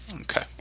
Okay